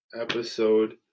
episode